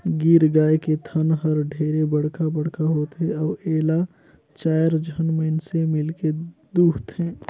गीर गाय के थन हर ढेरे बड़खा बड़खा होथे अउ एला चायर झन मइनसे मिलके दुहथे